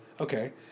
Okay